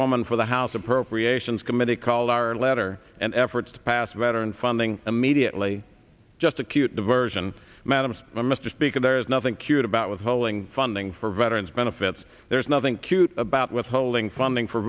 spokeswoman for the house appropriations committee called our letter and efforts to pass veteran funding immediately just a cute diversion madam mr speaker there's nothing cute about withholding funding for veterans benefits there's nothing cute about withholding funding for